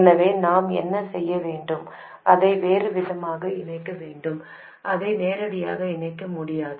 எனவே நாம் என்ன செய்ய வேண்டும் அதை வேறு விதமாக இணைக்க வேண்டும் அதை நேரடியாக இணைக்க முடியாது